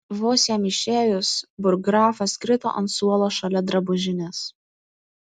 vos jam išėjus burggrafas krito ant suolo šalia drabužinės